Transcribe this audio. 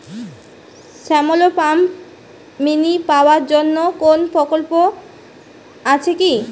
Shallow pump mini power জন্য কোনো প্রকল্প আছে কি?